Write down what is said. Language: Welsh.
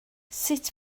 sut